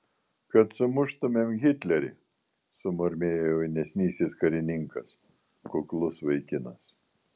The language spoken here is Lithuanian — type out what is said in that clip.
kad sumuštumėm hitlerį sumurmėjo jaunesnysis karininkas kuklus vaikinas